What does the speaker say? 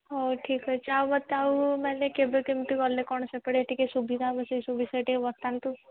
ହଉ ଠିକ୍ ଅଛି ଆଉ ମୋତେ ଆଉ ମାନେ କେବେ କେମିତି ଗଲେ କ'ଣ ସେପଟେ ଟିକେ ସୁବିଧା ହେବ ସେଇ ସବୁ ବିଷୟରେ ଟିକେ ବତାନ୍ତୁ